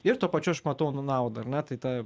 ir tuo pačiu aš matau nu naudą ar ne tai ta